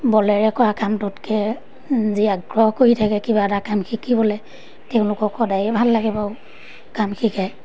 বলেৰে কৰা কামটোতকৈ যি আগ্ৰহ কৰি থাকে কিবা এটা কাম শিকিবলৈ তেওঁলোকক সদায়েই ভাল লাগে বাৰু কাম শিকায়